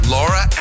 Laura